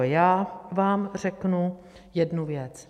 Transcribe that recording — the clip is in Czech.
Já vám řeknu jednu věc.